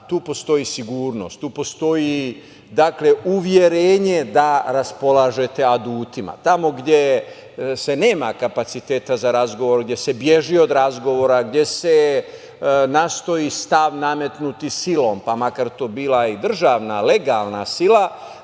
tu postoji sigurnost, tu postoji uverenje da raspolažete adutima. Tamo gde se nema kapaciteta za razgovor, gde se beži od razgovora, gde se nastoji stav nametnuti silom, pa makar to bila i državna, legalna sila,